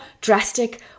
drastic